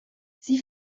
sie